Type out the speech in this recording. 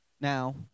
now